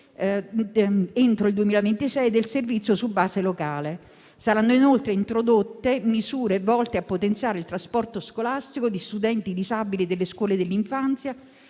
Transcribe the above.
entro il 2026 del servizio su base locale. Saranno inoltre introdotte misure volte a potenziare il trasporto scolastico di studenti disabili delle scuole dell'infanzia,